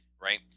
right